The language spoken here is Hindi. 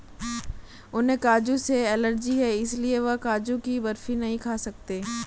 उन्हें काजू से एलर्जी है इसलिए वह काजू की बर्फी नहीं खा सकते